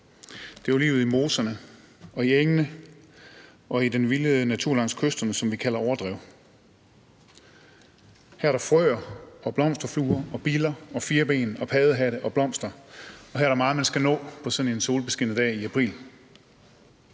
Det var livet i moserne, på engene og i den vilde natur langs kysterne, som vi kalder overdrev. Her er der frøer, blomsterfluer, biller og firben og paddehatte og blomster, og her er der meget, man skal nå på sådan en solbeskinnet dag i april.